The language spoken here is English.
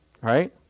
right